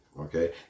Okay